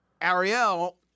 Ariel